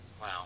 Wow